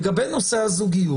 לגבי נושא הזוגיות